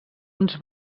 uns